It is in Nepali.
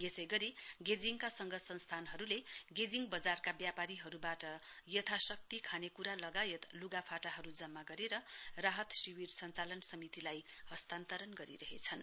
यसै गरी गेजिङका संघ संस्थाहरूले गेजिङ बजारका ब्यापारीहरूबाट यथाशक्ति खानेक्रा लगायत ल्गा फाटाहरू जम्मा गरेर राहत शिविर सञ्चालन समितिलाई हस्तारण गरिरहेछन्